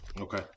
Okay